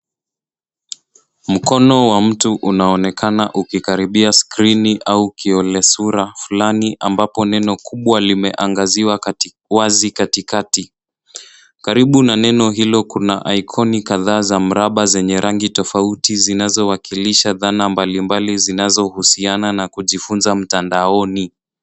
Mkono wa mtu unaonekana ukikaribia skrini au kiolesura fulani ambapo neno kubwa limeangaziwa kati wazi katikati, karibu na neno hilo kuna ikoni kadhaa za mraba zenye rangi tofauti zinazowakilisha dhana mbalimbali zinazohusiana na kujifunza mtandaoni.